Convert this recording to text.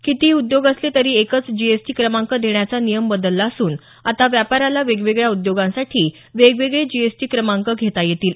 कितीही उद्योग असले तरी एकच जीएसटी क्रमांक देण्याचा नियम बदलला असून आता व्यापाऱ्याला वेगवेगळ्या उद्योगांसाठी वेगवेगळे जीएसटी क्रमांक घेता येतील